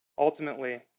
Ultimately